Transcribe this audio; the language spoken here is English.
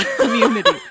community